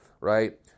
right